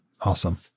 Awesome